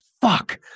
fuck